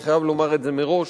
אני חייב לומר את זה מראש,